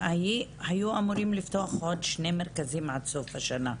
היו אמורים לפתוח עוד שני מרכזים עד סוף השנה,